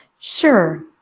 Sure